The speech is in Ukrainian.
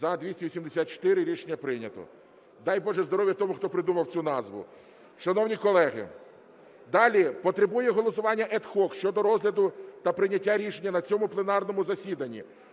За-284 Рішення прийнято. Дай, Боже, здоров'я тому, хто придумав цю назву. Шановні колеги, далі потребує голосування ad hoc щодо розгляду та прийняття рішення на цьому пленарному засіданні